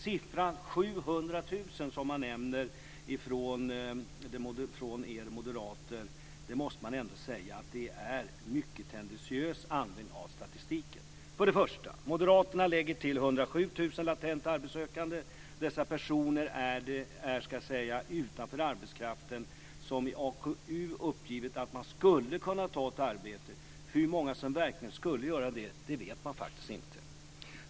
Siffran 700 000, som nämns av er moderater, måste jag säga är en mycket tendentiös användning av statistiken. För det första: Moderaterna lägger till 107 000 latent arbetssökande. Dessa personer står utanför arbetsmarknaden och har i AKU uppgivit att de skulle kunna ta ett arbete. Hur många som verkligen skulle göra det vet man faktiskt inte.